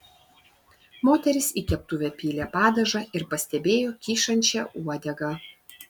moteris į keptuvę pylė padažą ir pastebėjo kyšančią uodegą